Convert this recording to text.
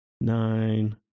nine